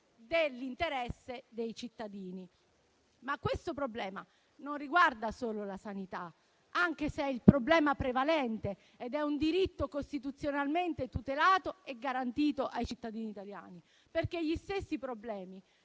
dell'interesse dei cittadini. Questo problema, però, non riguarda solo la sanità, anche se è prevalente ed è un diritto costituzionalmente tutelato e garantito ai cittadini italiani. Gli stessi problemi